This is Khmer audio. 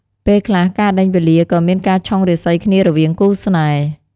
ពេលខ្លះការដេញវេលាក៏មានការឆុងរាសីគ្នារវាងគូស្នេហ៍។